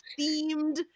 themed